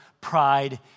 pride